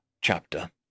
chapter